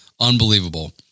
unbelievable